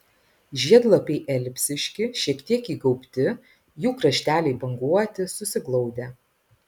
žiedlapiai elipsiški šiek tiek įgaubti jų krašteliai banguoti susiglaudę